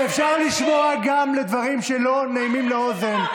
אפשר לשמוע גם דברים שלא נעימים לאוזן.